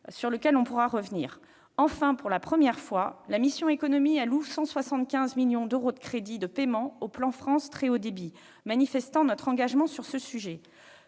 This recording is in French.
sur lesquels on pourra revenir. Enfin, pour la première fois, la mission « Économie » alloue 175 millions d'euros de crédits de paiement au programme « Plan France Très haut débit », manifestant notre engagement sur ce sujet.